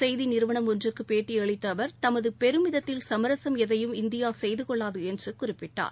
செய்தி நிறுவனம் ஒன்றுக்கு பேட்டியளித்த அவர் தமது பெருமிதத்தில் சுமரசும் எதையும் இந்தியா செய்து கொள்ளாது என்று குறிப்பிட்டார்